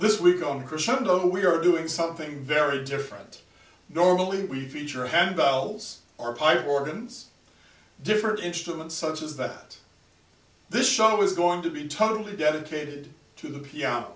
this week on crescendo we are doing something very different normally we feature a handles or pipe organs different instruments such as that this show is going to be entirely dedicated to the piano